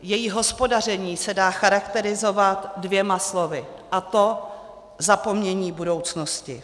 Její hospodaření se dá charakterizovat dvěma slovy, a to zapomnění budoucnosti.